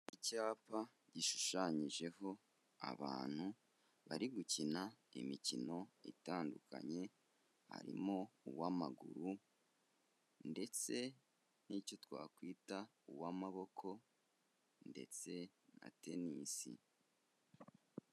Icyapa gishushanyijeho abantu bari gukina imikino itandukanye, harimo uw'amaguru ndetse n'icyo twakwita uw'amaboko ndetse na Tennis.